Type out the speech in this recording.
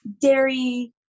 dairy